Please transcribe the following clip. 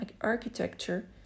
architecture